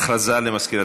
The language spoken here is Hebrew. הודעה למזכירת